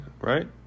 right